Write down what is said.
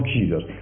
Jesus